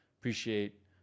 appreciate